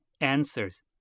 answers